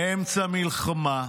באמצע מלחמה,